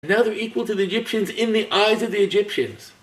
הם שווי ערך למצרים בעיני המצרים